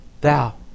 thou